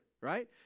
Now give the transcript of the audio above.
right